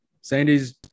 Sandy's